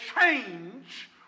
change